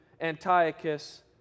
Antiochus